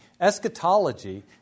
Eschatology